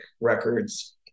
Records